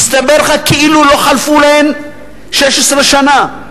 יסתבר לך כאילו לא חלפו להן 16 שנה.